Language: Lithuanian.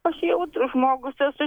aš jautrus žmogus esu